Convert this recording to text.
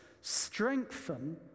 Strengthen